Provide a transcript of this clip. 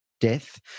death